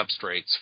substrates